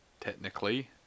technically